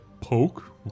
poke